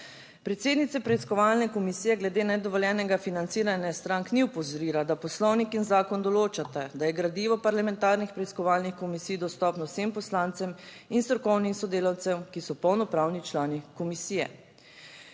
Predsednice preiskovalne komisije glede nedovoljenega financiranja strank ni opozorila, da poslovnik in zakon določata, da je gradivo parlamentarnih preiskovalnih komisij dostopno vsem poslancem in strokovnim sodelavcem, ki so polnopravni člani komisije.